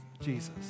Jesus